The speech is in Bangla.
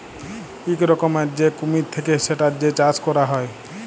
ইক রকমের যে কুমির থাক্যে সেটার যে চাষ ক্যরা হ্যয়